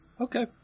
okay